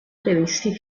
previsti